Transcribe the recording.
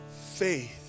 faith